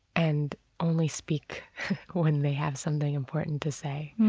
and only speak when they have something important to say.